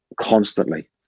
constantly